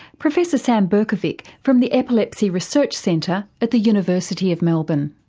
professor sam berkovic from the epilepsy research centre at the university of melbourne.